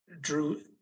drew